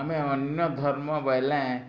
ଆମେ ଅନ୍ୟ ଧର୍ମ ବୋଇଲେଁ